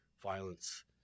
violence